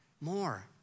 more